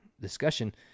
discussion